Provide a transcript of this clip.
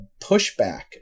pushback